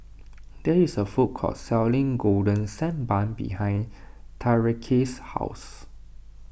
there is a food court selling Golden Sand Bun behind Tyreke's house